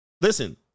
Listen